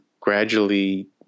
gradually